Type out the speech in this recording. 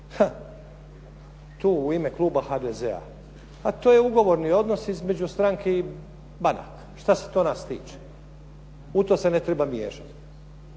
tu u ime kluba HDZ-a, a to je ugovorni odnos između stranke i banaka. Što se to nas tiče? U to se ne treba miješati.